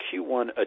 Q1